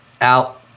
out